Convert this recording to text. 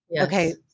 Okay